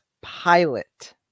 pilot